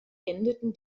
endeten